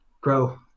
grow